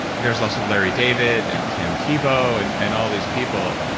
there's also larry david, and tim tebow, and and all these people.